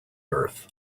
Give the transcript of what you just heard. earth